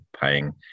paying